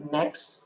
next